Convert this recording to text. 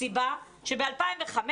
שב-2005,